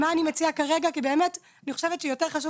אני אומר מה אני מציעה כרגע כי אני חושבת שיותר חשוב